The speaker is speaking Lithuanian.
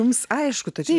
jums aišku tačiau